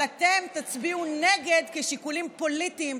אבל אתם תצביעו נגד משיקולים פוליטיים,